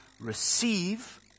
receive